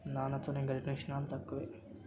నాన్నతో నేను గడిపిన క్షణాలు తక్కువే